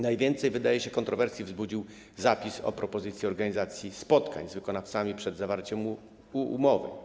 Najwięcej, jak się wydaje, kontrowersji wzbudził zapis co do propozycji organizacji spotkań z wykonawcami przed zawarciem umowy.